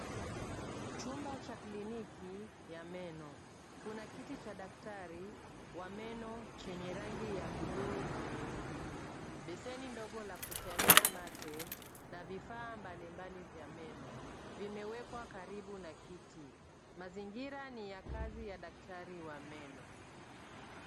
Chumba cha kliniki ya meno. Kuna kiti cha daktari wa meno chenye rangi ya bluu na nyeupe. Beseni ndogo la kutemea mate na vifaa mbalimbali vya meno vimewekwa karibu na kiti. Mazingira ni ya kazi ya daktari wa meno.